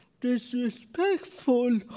disrespectful